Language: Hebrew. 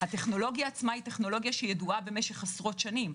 הטכנולוגיה עצמה ידועה עשרות שנים.